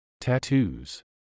tattoos